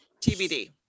tbd